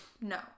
no